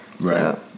right